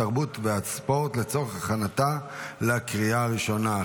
התרבות והספורט לצורך הכנתה לקריאה הראשונה.